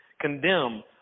condemn